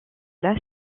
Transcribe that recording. las